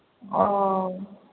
ꯑꯣ